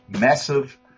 massive